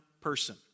person